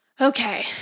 Okay